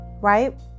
Right